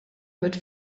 mit